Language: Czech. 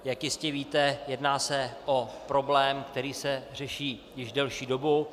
Jak jistě víte, jedná se o problém, který se řeší již delší dobu.